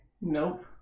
Nope